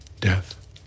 death